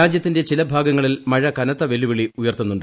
രാജ്യത്തിന്റെ ചില ഭാഗങ്ങളിൽ മഴ കന്ത്ത് വെല്ലുവിളി ഉയർത്തുന്നുണ്ട്